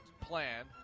plan